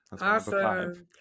awesome